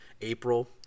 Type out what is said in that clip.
April